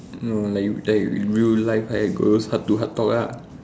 oh like like real life like girls' heart to heart talk lah